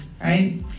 right